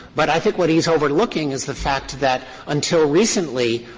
but i think what he is overlooking is the fact that until recently,